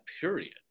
period